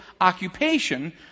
occupation